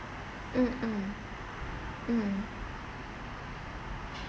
mm mm mm